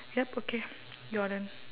yup okay your turn